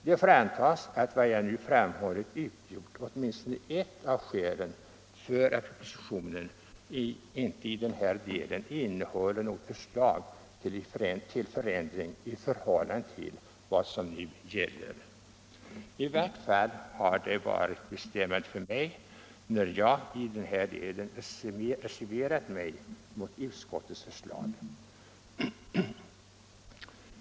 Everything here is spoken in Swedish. Det får antas att vad jag nu framhållit utgjort åtminstone ett av skälen till att propositionen inte i den här delen innehåller något förslag till för ändring i förhållande till vad som nu gäller. I vart fall har det varit bestämmande för mig när jag i den här delen har reserverat mig mot utskottets förslag.